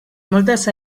moltes